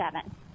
seven